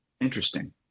Interesting